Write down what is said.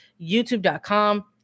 YouTube.com